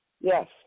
Yes